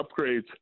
upgrades